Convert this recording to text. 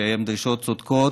שהן דרישות צודקות,